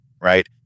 right